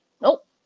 Nope